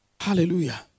Hallelujah